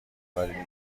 خبری